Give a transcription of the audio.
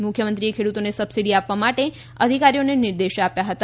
મુખ્યમંત્રીએ ખેડૂતોને સબસીડી આપવા માટે અધિકારીઓને નિર્દેશ આપ્યા હતા